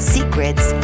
Secrets